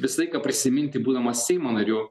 visą laiką prisiminti būdamas seimo nariu